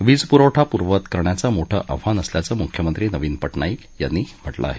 वीजपुरवठा पूर्ववत करण्याचं मोठं आव्हान असल्याचं मुख्यमंत्री नवीन प ज्ञायक यांनी म्हालं आहे